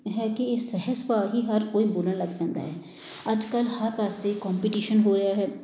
ਹੈ ਕਿ ਇਹ ਸਹਿ ਸੁਭਾਅ ਹੀ ਹਰ ਕੋਈ ਬੋਲਣ ਲੱਗ ਪੈਂਦਾ ਹੈ ਅੱਜ ਕੱਲ੍ਹ ਹਰ ਪਾਸੇ ਕੋਂਪੀਟੀਸ਼ਨ ਹੋ ਰਿਹਾ ਹੈ